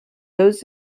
those